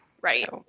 right